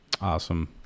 Awesome